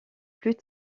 plus